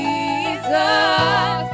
Jesus